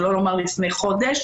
שלא לומר לפני חודש